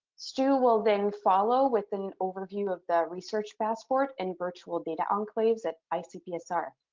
stu will then follow with an overview of the research passport and virtual data enclaves at icpsr.